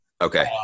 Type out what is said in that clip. Okay